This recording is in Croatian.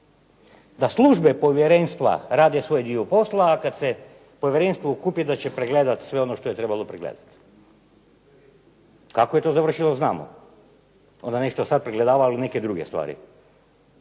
da službe povjerenstva rade svoj dio posla, a kada se povjerenstvo okupi da će pregledati sve ono što je trebalo pregledati. Kako je to završilo znamo. Onda ... pregledavali neke druge stvari.